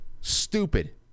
Stupid